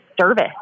service